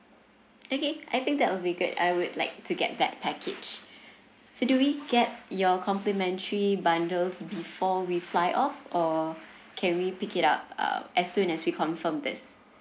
okay I think that will be good I would like to get that package so do we get your complimentary bundles before we fly off or can we pick it up uh as soon as we confirm this